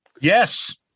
Yes